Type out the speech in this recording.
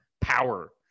power